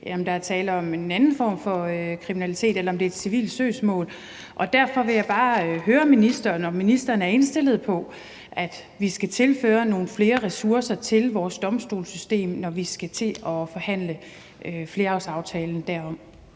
om der er tale om en anden form for kriminalitet, eller om det er et civilt søgsmål. Derfor vil jeg bare høre ministeren, om ministeren er indstillet på, at vi skal tilføre nogle flere ressourcer til vores domstolssystem, når vi skal til at forhandle flerårsaftalen derom.